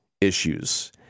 issues